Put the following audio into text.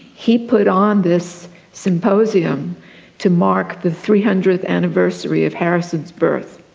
he put on this symposium to mark the three hundredth anniversary of harrison's birth.